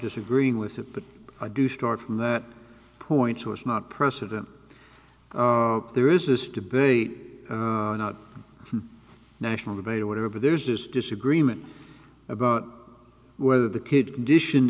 disagreeing with it but i do start from that point to us not precedent there is this debate not a national debate or whatever there's this disagreement about whether the kid condition